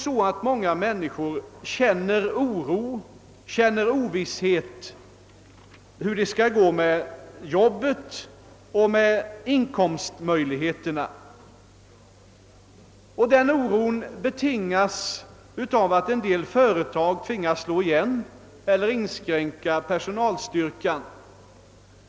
Många människor känner i dag oro och otrygghet beträffande arbetet och inkomstmöjligheterna. Oron betingas av att en del företag tvingas slå igen eller inskränka personalstyrkan.